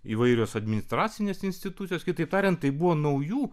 įvairios administracinės institucijos kitaip tariant tai buvo naujų